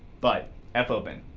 but fopen.